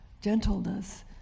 gentleness